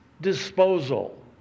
disposal